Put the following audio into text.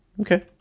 Okay